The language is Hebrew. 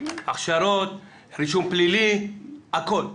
אין להם את האפשרות ליישם את התוספת של "אופק חדש" לכלל הגננות.